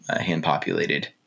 hand-populated